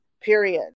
period